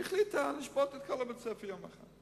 החליטה להשבית את כל בית-הספר ליום אחד?